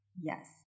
Yes